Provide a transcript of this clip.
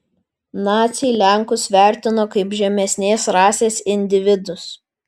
naciai lenkus vertino kaip žemesnės rasės individus